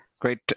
Great